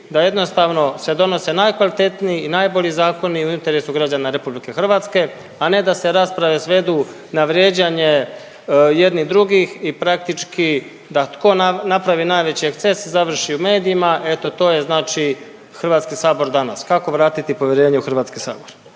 da jednostavno se donose najkvalitetniji i najbolji zakoni u interesu građana Republike Hrvatske, a ne da se rasprave svedu na vrijeđanje jednih, drugih i praktički da tko napravi najveći eksces završi u medijima. Eto to je znači Hrvatski sabor danas. Kako vratiti povjerenje u Hrvatski sabor?